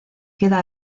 queda